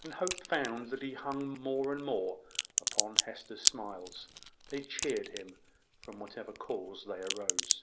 and hope found that he hung more and more upon hester's smiles they cheered him from whatever cause they arose.